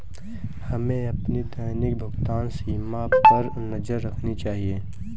हमें अपनी दैनिक भुगतान सीमा पर नज़र रखनी चाहिए